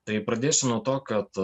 tai pradėsiu nuo to kad